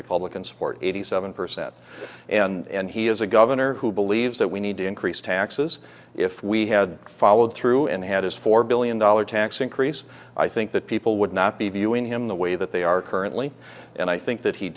republican support eighty seven percent and he is a governor who believes that we need to increase taxes if we had followed through and had his four billion dollar tax increase i think that people would not be viewing him the way that they are currently and i think that he